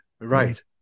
right